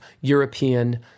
European